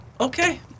okay